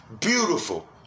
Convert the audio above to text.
beautiful